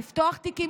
לפתוח תיקים,